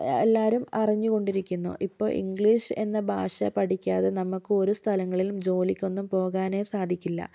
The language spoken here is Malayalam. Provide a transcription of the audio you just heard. എല്ലാവരും അറിഞ്ഞുകൊണ്ടിരിക്കുന്നു ഇപ്പോൾ ഇംഗ്ലീഷ് എന്ന ഭാഷ പഠിക്കാതെ നമുക്ക് ഒരു സ്ഥലങ്ങളിലും ജോലിക്കൊന്നും പോകാനേ സാധിക്കില്ല